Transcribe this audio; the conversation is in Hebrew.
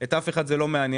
ואת אף אחד זה לא מעניין.